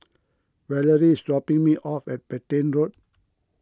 Valerie is dropping me off at Petain Road